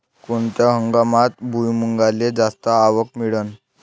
कोनत्या हंगामात भुईमुंगाले जास्त आवक मिळन?